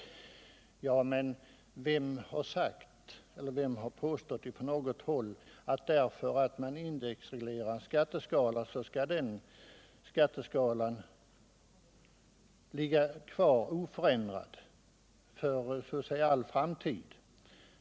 Men, vem har påstått från något håll att skatteskalan, därför att man indexreglerar den, skall ligga kvar oförändrad för all framtid?